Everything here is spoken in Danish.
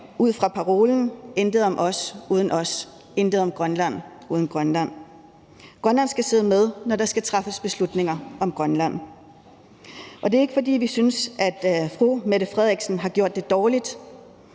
ud fra parolen: Intet om os uden os – intet om Grønland uden Grønland. Grønland skal sidde med om bordet, når der skal træffes beslutninger om Grønland. Det er ikke, fordi vi synes, at fru Mette Frederiksen har gjort det dårligt.